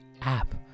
app